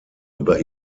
über